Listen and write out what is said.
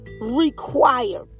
required